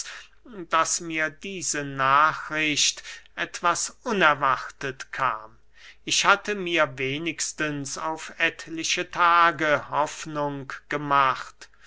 daß mir diese nachricht etwas unerwartet kam ich hatte mir wenigstens auf etliche tage hoffnung gemacht